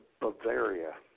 Bavaria